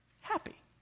Happy